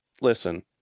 listen